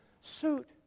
suit